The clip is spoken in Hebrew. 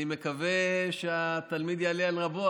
אני מקווה שהתלמיד יעלה על רבו,